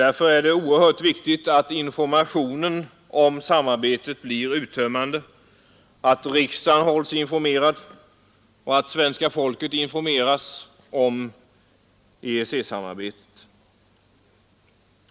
Därför är det oerhört viktigt att informationen om samarbetet blir uttömmande, att riksdagen hålles informerad och att svenska folket informeras om EEC-samarbetet.